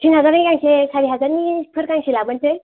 थिन हाजारनि गांसे सारि हाजारनिफोर गांसे लाबोनसै